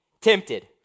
tempted